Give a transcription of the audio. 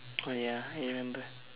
oh ya I remember